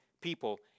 people